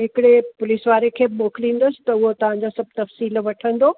हिकिड़े पुलिस वारे खे बि मोकिलींदसि तउहो तव्हां जा सभु तफ़्सीलु वठंदो